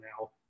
now